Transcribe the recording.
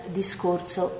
discorso